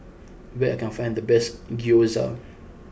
where can I find the best Gyoza